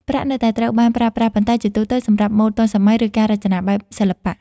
ប្រាក់នៅតែត្រូវបានប្រើប្រាស់ ប៉ុន្តែជាទូទៅសម្រាប់ម៉ូដទាន់សម័យ ឬការរចនាបែបសិល្បៈ។